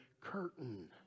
curtain